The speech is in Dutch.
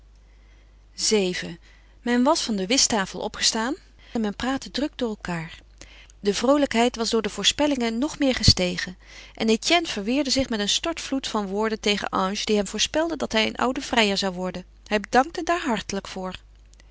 vii men was van de whisttafel opgestaan en men praatte druk door elkaâr de vroolijkheid was door de voorspellingen nog meer gestegen en etienne verweerde zich met een stortvloed van woorden tegen ange die hem voorspelde dat hij een oude vrijer zou worden hij bedankte daar hartelijk voor